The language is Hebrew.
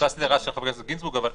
פספסתי את ההערה של ח"כ גינזבורג אבל